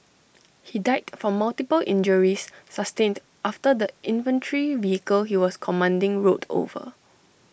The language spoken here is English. he died from multiple injuries sustained after the infantry vehicle he was commanding rolled over